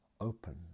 open